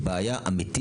זו גם בעיה חברתית.